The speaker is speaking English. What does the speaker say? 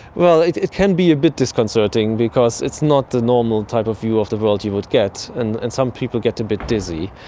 well, it can be a bit disconcerting because it's not the normal type of view of the world you would get, and and some people get a bit dizzy.